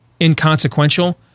inconsequential